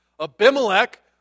Abimelech